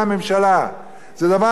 זה דבר הכי חמור שקורה.